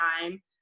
time